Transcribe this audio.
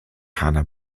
hannah